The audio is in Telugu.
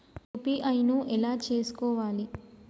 యూ.పీ.ఐ ను ఎలా చేస్కోవాలి?